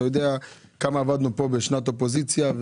כמה עבדנו פה בשנת אופוזיציה,